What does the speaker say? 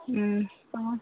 ꯎꯝ